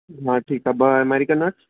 हा ठीकु आहे ॿ अमेरिकन नट्स